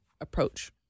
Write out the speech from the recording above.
approach